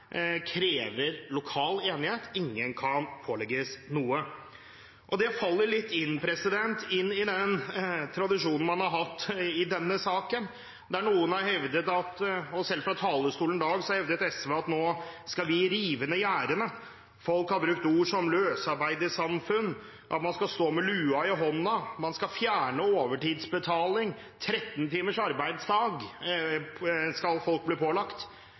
krever lokal enighet. Ingen kan pålegges noe. Det faller inn i tradisjonen man har hatt i denne saken, at noen har hevdet – og selv fra talerstolen i dag hevdet SV – at nå skal vi rive ned gjerdene. Folk har brukt ord som løsarbeidersamfunn, at man skal stå med lua i hånda, man skal fjerne overtidsbetaling, 13 timers arbeidsdag skal folk bli pålagt.